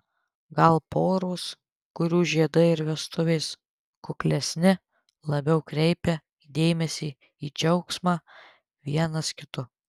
gal poros kurių žiedai ir vestuvės kuklesni labiau kreipia dėmesį į džiaugsmą vienas kitu